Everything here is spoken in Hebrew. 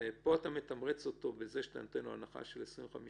ופה אתה מתמרץ אותו בזה שאתה נותן לו הנחה של 25%,